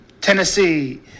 Tennessee